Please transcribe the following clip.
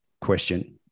question